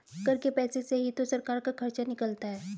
कर के पैसे से ही तो सरकार का खर्चा निकलता है